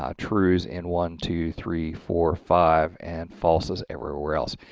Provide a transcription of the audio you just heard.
um trues and one two three four five and falses everywhere else.